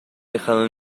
dejado